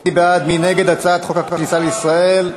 מי נגד הצעת חוק הכניסה לישראל?